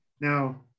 Now